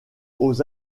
aux